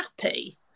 happy